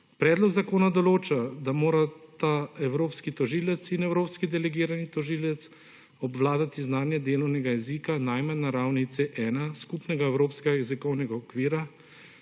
Predlog zakona določa, da morata evropski tožilec in evropski delegirani tožilec obvladati znanje delovnega jezika najmanj na ravni C1 skupnega evropskega jezikovnega okvira,